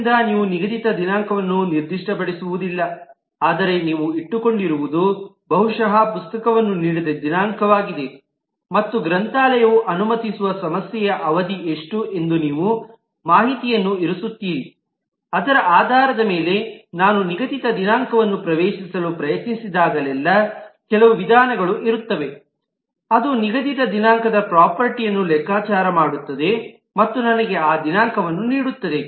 ಆದ್ದರಿಂದ ನೀವು ನಿಗದಿತ ದಿನಾಂಕವನ್ನು ನಿರ್ದಿಷ್ಟಪಡಿಸುವುದಿಲ್ಲ ಆದರೆ ನೀವು ಇಟ್ಟುಕೊಂಡಿರುವುದು ಬಹುಶಃ ಪುಸ್ತಕವನ್ನು ನೀಡಿದ ದಿನಾಂಕವಾಗಿದೆ ಮತ್ತು ಗ್ರಂಥಾಲಯವು ಅನುಮತಿಸುವ ಸಮಸ್ಯೆಯ ಅವಧಿ ಎಷ್ಟು ಎಂದು ನೀವು ಮಾಹಿತಿಯನ್ನು ಇರಿಸುತ್ತೀರಿ ಅದರ ಆಧಾರದ ಮೇಲೆ ನಾನು ನಿಗದಿತ ದಿನಾಂಕವನ್ನು ಪ್ರವೇಶಿಸಲು ಪ್ರಯತ್ನಿಸಿದಾಗಲೆಲ್ಲಾ ಕೆಲವು ವಿಧಾನಗಳು ಇರುತ್ತವೆ ಅದು ನಿಗದಿತ ದಿನಾಂಕದ ಪ್ರಾಪರ್ಟೀಯನ್ನು ಲೆಕ್ಕಾಚಾರ ಮಾಡುತ್ತದೆ ಮತ್ತು ನನಗೆ ಆ ದಿನಾಂಕವನ್ನು ನೀಡುತ್ತದೆ